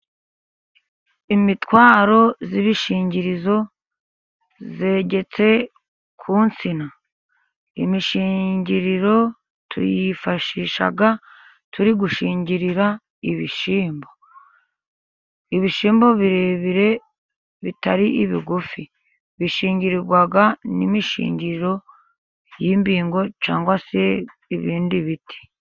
Imitwaro y'ibishingirizo yegetse ku nsina, imishingiriro tuyifashisha turi gushingirira ibishyimbo. Ibishyimbo birebire bitari bigufi, bishingirirwa n'imishingiro y'imbingo cyangwa se ibindi biti.